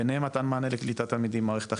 ביניהם מתן מענה לקליטת תלמידים במערכת החינוך.